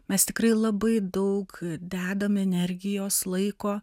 mes tikrai labai daug dedam energijos laiko